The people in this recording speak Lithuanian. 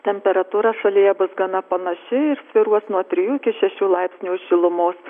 temperatūra šalyje bus gana panaši svyruos nuo trejų iki šešių laipsnių šilumos